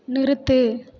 நிறுத்து